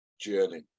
journey